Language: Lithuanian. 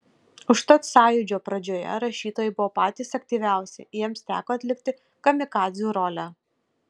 užtat sąjūdžio pradžioje rašytojai buvo patys aktyviausi jiems teko atlikti kamikadzių rolę